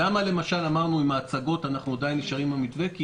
למה למשל אמרנו שעם ההצגות אנחנו עדיין נשארים במתווה?